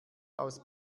aus